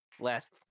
last